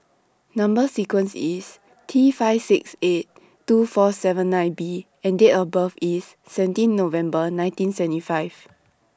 Number sequence IS T five six eight two four seven nine B and Date of birth IS seventeen November nineteen seventy five